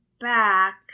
back